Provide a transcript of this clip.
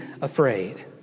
afraid